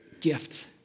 gift